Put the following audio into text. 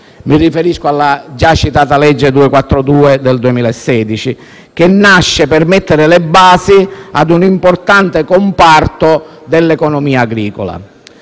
Mi riferisco alla già citata legge n. 242 del 2016, che nasce per mettere le basi per un importante comparto dell'economia agricola.